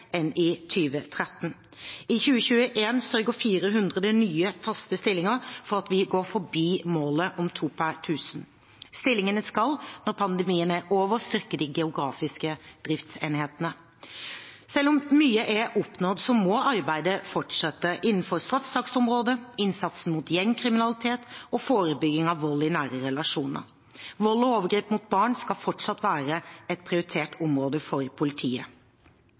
enn i 2013. I 2021 sørger 400 nye, faste stillinger for at vi går forbi målet om to per tusen. Stillingene skal, når pandemien er over, styrke de geografiske driftsenhetene. Selv om mye er oppnådd, må arbeidet fortsette – innenfor straffesaksområdet og når det gjelder innsatsen mot gjengkriminalitet og forebygging av vold i nære relasjoner. Vold og overgrep mot barn skal fortsatt være et prioritert område for politiet.